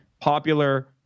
popular